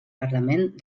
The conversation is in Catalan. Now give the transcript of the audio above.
parlament